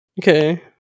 Okay